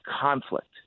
conflict